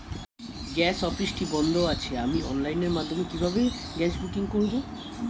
Gas অফিসটি বন্ধ আছে আমি অনলাইনের মাধ্যমে কিভাবে গ্যাস বুকিং করব?